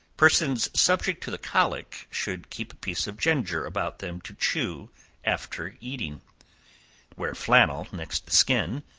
persons subject to the colic should keep a piece of ginger about them to chew after eating wear flannel next the skin,